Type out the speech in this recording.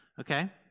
okay